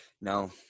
No